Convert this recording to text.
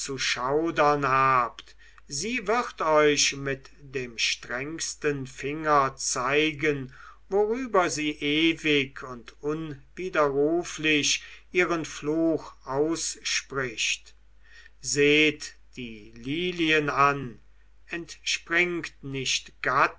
zu schaudern habt sie wird euch mit dem strengsten finger zeigen worüber sie ewig und unwiderruflich ihren fluch ausspricht seht die lilien an entspringt nicht gatte